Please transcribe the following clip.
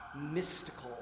mystical